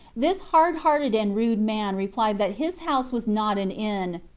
this hard-hearted and rude man replied that his house was not an inn,